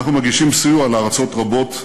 אנחנו מגישים סיוע לארצות רבות,